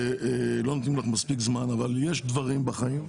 שלא נותנים לך מספיק זמן אבל יש דברים בחיים,